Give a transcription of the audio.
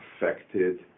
affected